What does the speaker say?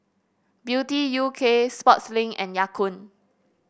Beauty U K Sportslink and Ya Kun